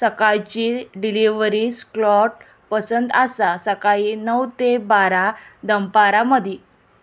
सकाळची delivery slot पसंत आसा सकाळी णव ते बारा दनपारां मदीं